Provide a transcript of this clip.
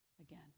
again